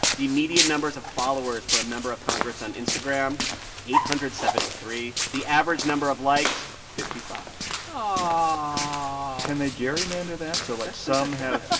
the median numbers of followers for a member of congress on instagram eight hundred and seventy three. the average number of likes fifty five ah can they gerrymander that so, like, some have.